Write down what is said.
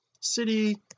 city